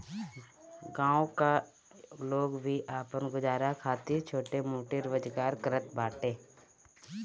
गांव का लोग भी आपन गुजारा खातिर छोट मोट रोजगार करत बाटे